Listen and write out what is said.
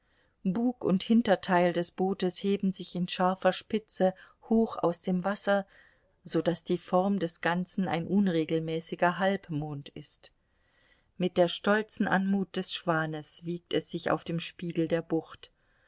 bug und hinterteil des bootes heben sich in scharfer spitze hoch aus dem wasser so daß die form des ganzen ein unregelmäßiger halbmond ist mit der stolzen anmut des schwanes wiegt es sich auf dem spiegel der bucht